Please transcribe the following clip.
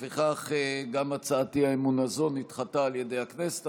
לפיכך, גם הצעת האי-אמון הזאת נדחתה על ידי הכנסת.